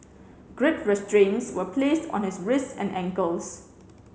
grip restraints were placed on his wrists and ankles